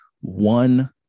one